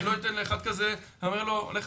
אני לא אתן לאחד כזה, לא אומר לו לך